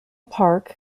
park